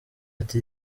ati